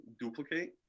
duplicate